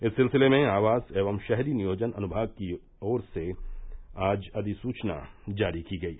इस सिलसिले में आवास एवं शहरी नियोजन अनुभाग की तरफ से आज अधिसूचना जारी की गयी